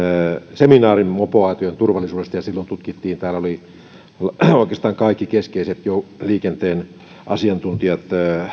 seminaarin mopoautojen turvallisuudesta ja silloin tutkittiin täällä olivat oikeastaan kaikki keskeiset liikenteen asiantuntijat